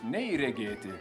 nei regėti